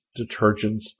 detergents